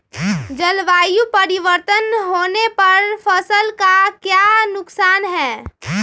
जलवायु परिवर्तन होने पर फसल का क्या नुकसान है?